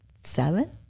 seven